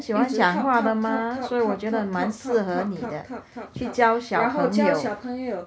一直 talk talk talk talk talk talk talk talk talk talk talk talk 然后教小朋友